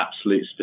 absolute